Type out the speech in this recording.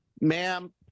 Ma'am